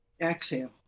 exhale